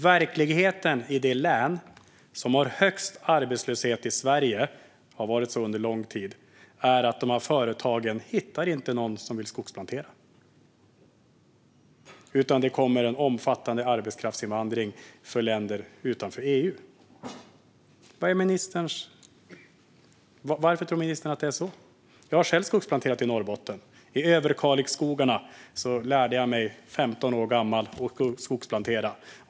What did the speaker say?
Verkligheten i det län som har högst arbetslöshet i Sverige och har haft det under lång tid är att företagen inte hittar någon som vill skogsplantera. Det kommer i stället en omfattande arbetskraftsinvandring från länder utanför EU. Varför tror ministern att det är så? Jag har själv skogsplanterat i Norrbotten. I Överkalixskogarna lärde jag mig, 15 år gammal, att skogsplantera.